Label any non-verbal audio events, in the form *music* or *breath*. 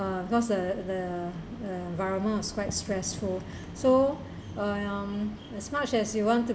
uh because the the uh environment was quite stressful *breath* so um as much as you want to